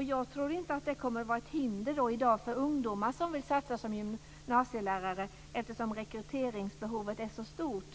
Jag tror inte att det kommer att vara ett hinder för de ungdomar som i dag vill satsa som gymnasielärare eftersom rekryteringsbehovet är så stort.